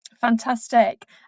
Fantastic